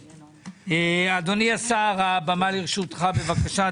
אדוני השר, הבמה לרשותך, בבקשה.